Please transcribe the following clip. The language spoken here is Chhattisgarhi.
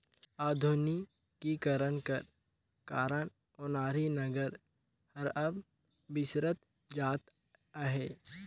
आधुनिकीकरन कर कारन ओनारी नांगर हर अब बिसरत जात अहे